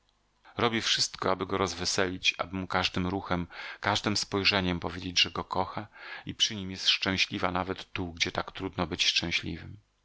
robi wszystko aby go rozweselić aby mu każdym ruchem każdem spojrzeniem powiedzieć że go kocha i przy nim jest szczęśliwa nawet tu gdzie tak trudno być szczęśliwym